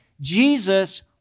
Jesus